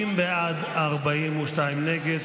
50 בעד, 42 נגד.